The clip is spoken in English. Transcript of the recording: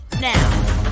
now